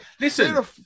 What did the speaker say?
Listen